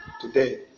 Today